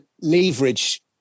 leverage